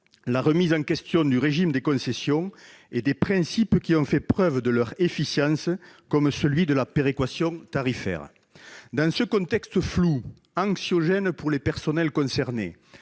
la remise en question du régime des concessions et des principes qui ont fait preuve de leur efficience, comme celui de la péréquation tarifaire. Madame la ministre, dans ce contexte flou, anxiogène pour les personnels concernés,